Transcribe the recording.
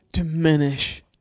Diminish